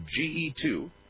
GE2